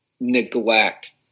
neglect